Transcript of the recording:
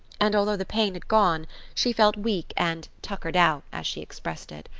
and although the pain had gone she felt weak and tuckered out, as she expressed it.